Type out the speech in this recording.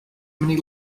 many